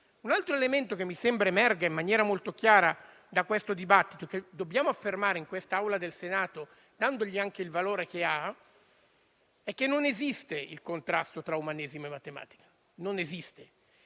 Un altro elemento che mi sembra emergere in maniera molto chiara da questo dibattito e che dobbiamo affermare in quest'Aula, dandogli anche il valore che ha, è che non esiste il contrasto tra umanesimo e matematica e noi,